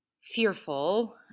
fearful